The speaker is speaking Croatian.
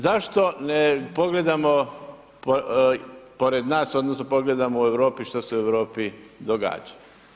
Zašto ne pogledamo pored nas, odnosno pogledamo u Europi što se u Europi događa?